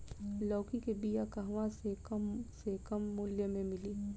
लौकी के बिया कहवा से कम से कम मूल्य मे मिली?